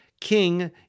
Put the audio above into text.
king